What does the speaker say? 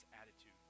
attitude